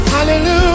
Hallelujah